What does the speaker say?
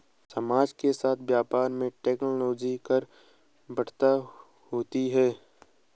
समय के साथ व्यापार में नई टेक्नोलॉजी लाकर बढ़त होती है